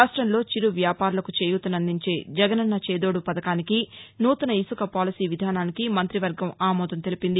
రాష్టంలో చిరు వ్యాపారులకు చేయూతనందించే జగనన్న చేదోడు పథకానికి నూతన ఇసుక పాలసీ విధానానికి మంత్రివర్గం ఆమోదం తెలిపింది